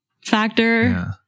factor